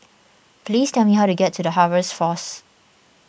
please tell me how to get to the Harvest force